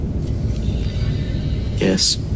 Yes